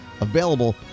available